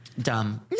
dumb